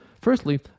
Firstly